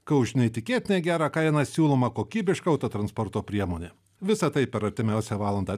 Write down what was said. kai už neįtikėtinai gerą kainą siūloma kokybiška autotransporto priemonė visa tai per artimiausią valandą